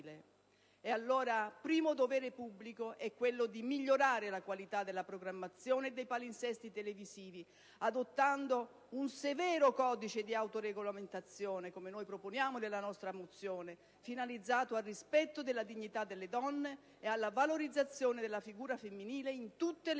primo dovere pubblico è migliorare la qualità della programmazione e dei palinsesti televisivi, adottando un severo codice di autoregolamentazione - come noi proponiamo nella nostra mozione - finalizzato al rispetto della dignità delle donne e alla valorizzazione della figura femminile in tutte le